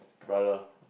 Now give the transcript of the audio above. brother